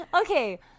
Okay